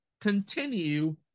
continue